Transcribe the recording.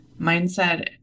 mindset